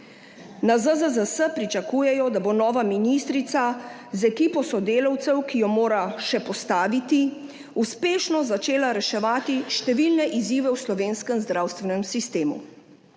Na ZZZS pričakujejo, da bo nova ministrica z ekipo sodelavcev, ki jo mora še postaviti, uspešno začela reševati številne izzive v slovenskem zdravstvenem sistemu,